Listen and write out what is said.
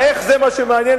ה"איך" זה מה שמעניין,